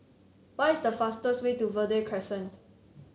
what is the fastest way to Verde Crescent